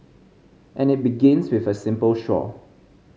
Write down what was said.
and it begins with a simple straw